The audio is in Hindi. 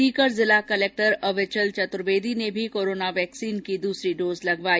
सीकर जिला कलेक्टर अविचल चतुर्वेदी ने भी कोरोना वैक्सीन की दूसरी डोज लगवाई